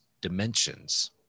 dimensions